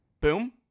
Boom